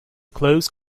close